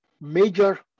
major